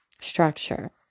structure